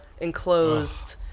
enclosed